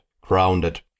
grounded